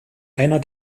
einer